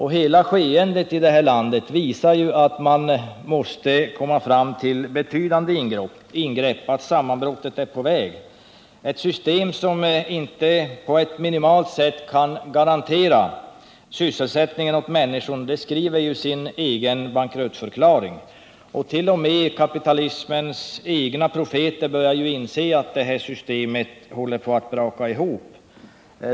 Hela skeendet i det här landet visar också att vi måste komma fram till betydande ingrepp, att ett sammanbrott är på väg. Ett system som inte på minimalt sätt kan garantera sysselsättning åt människorna skriver sin egen bankruttförklaring. Och t.o.m. kapitalismens egna profeter börjar inse att systemet håller på att braka ihop.